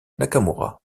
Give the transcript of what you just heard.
nakamura